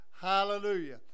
Hallelujah